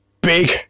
big